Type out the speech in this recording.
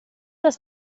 das